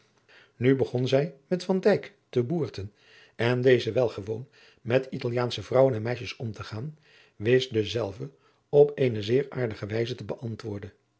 nu begon zij met van dijk te boerten en deze wel gewoon met italiaansche vrouwen en meisjes om te gaan wist dezelve op eene zeer aardige wijze te beantwoorden